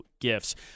gifts